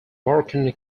moroccan